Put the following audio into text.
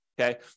okay